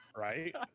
Right